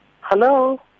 Hello